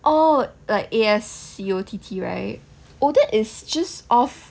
oh like A S C O T T right oh that is just off